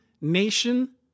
nation